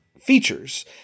features